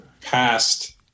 past